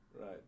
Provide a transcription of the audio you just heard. Right